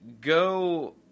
go